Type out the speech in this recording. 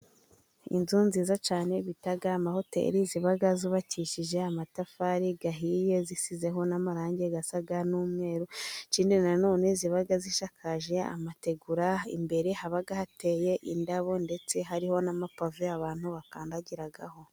Inzu nziza cyane bita amahoteri, ziba zubakishije amatafari ahiye, zisizeho n'amarangi asa n'umweru, ikindi nanone ziba zishakaje amategura, imbere haba hateye indabo ndetse hariho n'amapave abantu bakandagiraho.